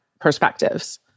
perspectives